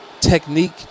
technique